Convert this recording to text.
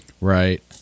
right